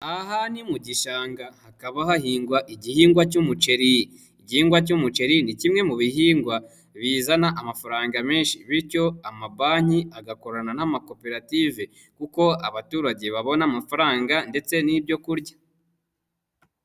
Aha ni mu gishanga hakaba hahingwa igihingwa cy'umuceri, igihingwa cy'umuceri ni kimwe mu bihingwa bizana amafaranga menshi, bityo amabanki agakorana n'amakoperative kuko abaturage babona amafaranga ndetse n'ibyo kurya.